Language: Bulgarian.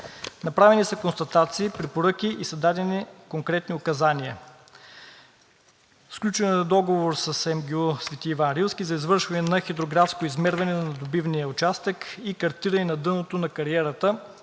Направени са констатации, препоръки и са дадени конкретни указания. Сключен е договор с МГУ „Свети Иван Рилски“ за извършване на хидрографско измерване на добивния участък и картиране на дъното на кариерата,